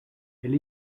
elle